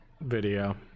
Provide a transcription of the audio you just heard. video